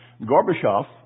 Gorbachev